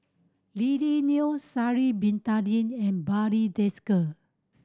Lily Neo Sha'ari Bin Tadin and Barry Desker